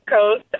Coast